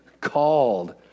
called